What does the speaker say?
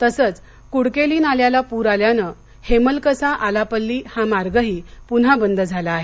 तसंच कुडकेली नाल्याला पूर आल्यानं हेमलकसा आलापल्ली हा मार्गही पुन्हा बंद झाला आहे